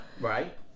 Right